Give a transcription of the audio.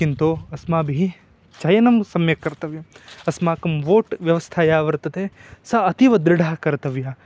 किन्तु अस्माभिः चयनं सम्यक् कर्तव्यम् अस्माकं वोट् व्यवस्था या वर्तते सा अतीव दृढा कर्तव्या